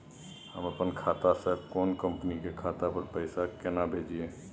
हम अपन खाता से कोनो कंपनी के खाता पर पैसा केना भेजिए?